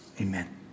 Amen